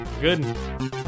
Good